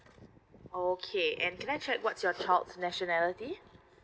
okay and can I check what's your child's nationality